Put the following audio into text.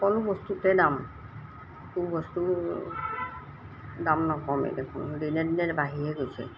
সকলো বস্তুতে দাম একো বস্তুত দাম নকমেই দেখোন দিনে দিনে বাঢ়িয়ে গৈছে